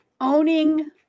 Owning